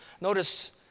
Notice